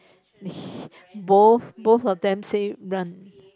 both both of them say run